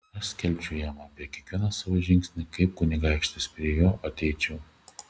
aš skelbčiau jam apie kiekvieną savo žingsnį kaip kunigaikštis prie jo ateičiau